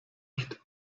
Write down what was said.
echt